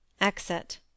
exit